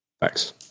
thanks